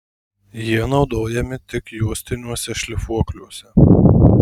jie naudojami tik juostiniuose šlifuokliuose